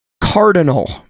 Cardinal